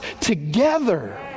together